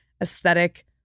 aesthetic